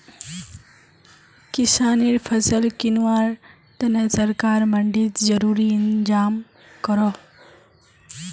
किस्सानेर फसल किंवार तने सरकार मंडित ज़रूरी इंतज़ाम करोह